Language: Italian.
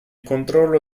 controllo